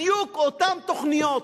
בדיוק אותן תוכניות.